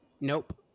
nope